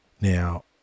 Now